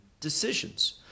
decisions